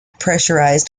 pressurized